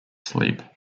sleep